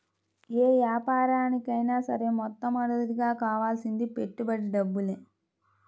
యే యాపారానికైనా సరే మొట్టమొదటగా కావాల్సింది పెట్టుబడి డబ్బులే